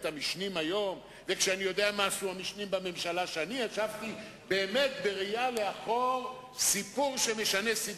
להודיע לממשלה שאם לא יהיה פה שר,